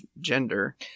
gender